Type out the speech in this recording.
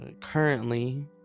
Currently